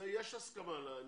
אני מבקשת --- יש הסכמה על זה,